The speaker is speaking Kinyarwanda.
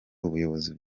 ubuyobozi